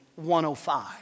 105